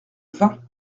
vingt